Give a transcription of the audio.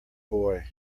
boy